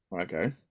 okay